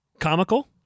Comical